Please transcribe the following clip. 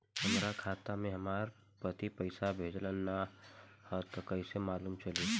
हमरा खाता में हमर पति पइसा भेजल न ह त कइसे मालूम चलि?